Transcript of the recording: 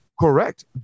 correct